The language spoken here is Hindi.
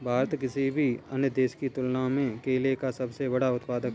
भारत किसी भी अन्य देश की तुलना में केले का सबसे बड़ा उत्पादक है